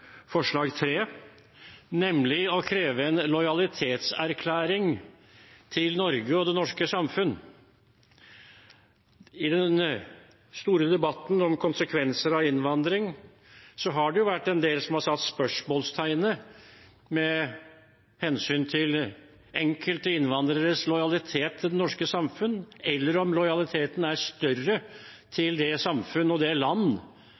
forslag nr. 3, nemlig å kreve en lojalitetserklæring til Norge og det norske samfunn. I den store debatten om konsekvenser av innvandring har det vært en del som har stilt spørsmål med hensyn til enkelte innvandreres lojalitet til det norske samfunn, eller om lojaliteten er større til det samfunn og det land